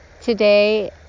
today